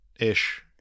Ish